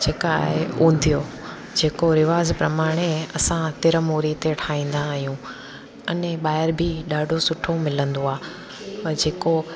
जेका आहे उंधियू जेको रिवाज प्रमाणे असां तिरमूरी ते ठाहींदा आहियूं अने ॿाहिरि बि ॾाढो सुठो मिलंदो आहे त जेको